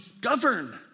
govern